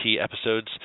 episodes